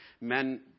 men